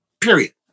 Period